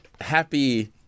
happy